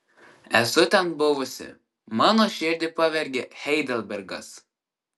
esu ten buvusi mano širdį pavergė heidelbergas